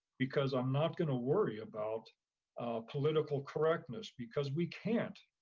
because i'm not gonna worry about political correctness because we can't.